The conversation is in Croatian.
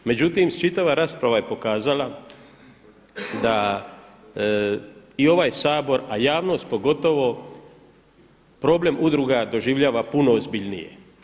Međutim, čitava rasprava je pokazala da i ovaj Sabor, a javnost pogotovo problem udruga doživljava puno ozbiljnije.